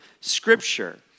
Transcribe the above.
scripture